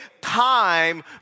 time